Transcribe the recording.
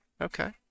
Okay